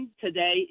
today